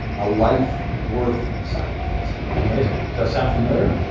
a life worth sacrificing. amazing. does that sound familiar?